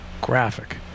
graphic